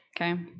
Okay